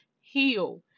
heal